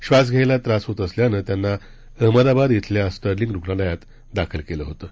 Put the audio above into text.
श्वास घ्यायला त्रास होत असल्यानं त्यांना अहमदाबाद इथल्या स्टर्लींग रुग्णालयात दाखल केलं होतं